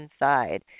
inside